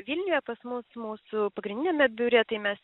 vilniuje pas mus mūsų pagrindiniame biure tai mes